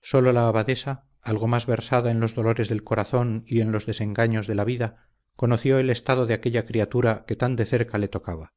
sólo la abadesa algo más versada en los dolores del corazón y en los desengaños de la vida conoció el estado de aquella criatura que tan de cerca le tocaba